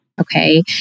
okay